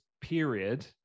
period